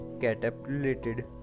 catapulted